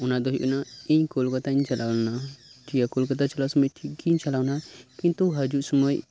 ᱟᱱᱟ ᱦᱳᱭ ᱮᱱᱟ ᱤᱧ ᱠᱳᱞᱠᱟᱛᱟᱧ ᱪᱟᱞᱟᱣ ᱞᱮᱱᱟ ᱴᱷᱤᱠ ᱜᱮᱭᱟ ᱠᱚᱞᱠᱟᱛᱟ ᱪᱟᱞᱟᱜ ᱥᱳᱢᱳᱭ ᱴᱷᱤᱠ ᱜᱮᱧ ᱪᱟᱞᱟᱣ ᱮᱱᱟ ᱠᱤᱱᱛᱩ ᱦᱤᱡᱩᱜ ᱥᱳᱢᱳᱭ